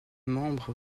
membre